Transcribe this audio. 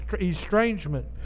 estrangement